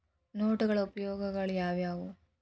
ನೋಟುಗಳ ಉಪಯೋಗಾಳ್ಯಾವ್ಯಾವು?